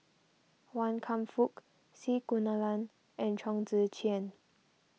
Wan Kam Fook C Kunalan and Chong Tze Chien